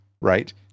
right